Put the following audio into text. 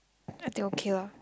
I think okay lah